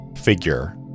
figure